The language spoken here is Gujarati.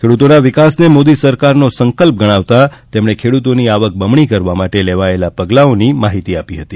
ખેડૂતોના વિકાસને મોદી સરકારનો સંકલ્પ ગણાવતા તેમણે ખેડૂતોની આવક બમણી કરવા માટે લેવાયેલા પગલાઓની માહિતી આપી હતી